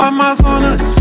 Amazonas